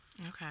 Okay